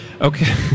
Okay